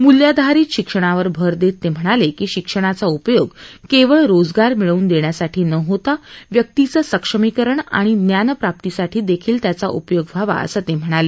मूल्याधारित शिक्षणावर भर देत ते म्हणाले की शिक्षणाचा उपयोग केवळ रोजगार मिळवून देण्यासाठी न होता व्यक्तीचं सक्षमीकरण आणि ज्ञानप्राप्तीसाठी देखील त्याचा उपयोग व्हावा असंही ते म्हणाले